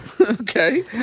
Okay